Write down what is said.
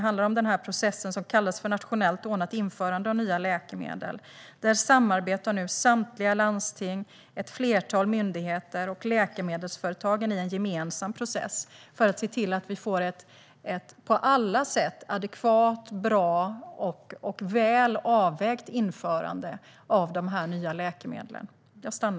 I den process som kallas nationellt ordnat införande av nya läkemedel samarbetar nu samtliga landsting, ett flertal myndigheter och läkemedelsföretagen i en gemensam process för att vi ska få ett på alla sätt adekvat, bra och välavvägt införande av de nya läkemedlen.